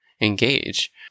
engage